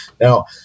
Now